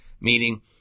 Meaning